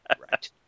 Right